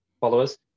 followers